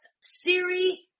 Siri